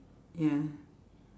ya